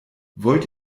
wollt